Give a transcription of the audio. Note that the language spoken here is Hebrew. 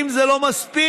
אם זה לא מספיק,